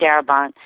Darabont